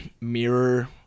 mirror